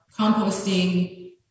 composting